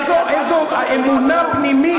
איזו אמונה פנימית,